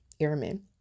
Airmen